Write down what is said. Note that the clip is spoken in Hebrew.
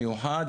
המיוחד,